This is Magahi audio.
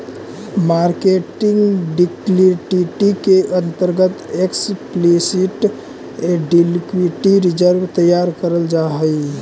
मार्केटिंग लिक्विडिटी के अंतर्गत एक्सप्लिसिट लिक्विडिटी रिजर्व तैयार कैल जा हई